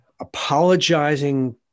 apologizing